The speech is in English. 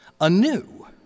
anew